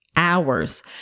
Hours